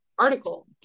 Article